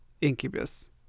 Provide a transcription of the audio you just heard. incubus